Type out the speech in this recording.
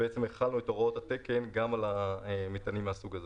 והחלנו את הוראות התקן גם על מטענים מהסוג הזה.